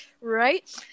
right